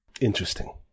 interesting